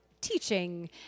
teaching